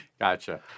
gotcha